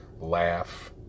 laugh